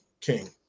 King